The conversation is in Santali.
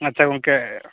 ᱟᱪᱪᱷᱟ ᱜᱚᱝᱠᱮ